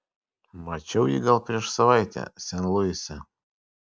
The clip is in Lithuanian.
mačiau jį gal prieš savaitę sen luise